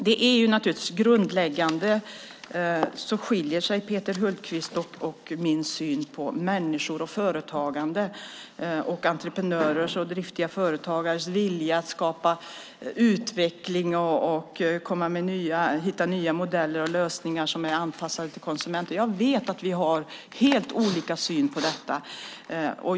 Herr talman! I grunden skiljer sig naturligtvis Peter Hultqvists och min syn på människor och företagande samt entreprenörers och driftiga företagares vilja att skapa utveckling och hitta nya modeller och lösningar som är anpassade till konsumenten. Jag vet att vi har helt olika syn på detta.